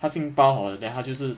他已经包好 liao then 他就是